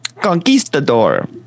conquistador